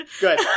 Good